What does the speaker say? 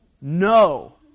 no